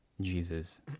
Jesus